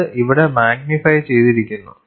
ഇത് ഇവിടെ മാഗ്നിഫൈ ചെയ്തിരിക്കുന്നു